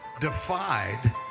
defied